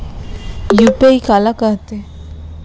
UPI काला कहिथे?